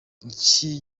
iki